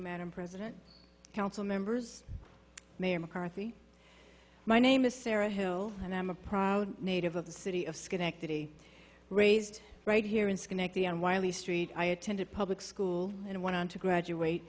hill president council members mayor mccarthy my name is sarah hill and i'm a proud native of the city of schenectady raised right here in schenectady and wiley st i attended public school and went on to graduate